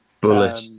Bullet